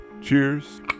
cheers